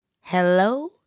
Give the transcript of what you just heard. Hello